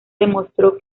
demostró